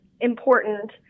important